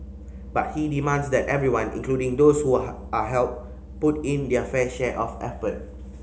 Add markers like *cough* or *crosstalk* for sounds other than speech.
but he demands that everyone including those who *unintelligible* are helped put in their fair share of effort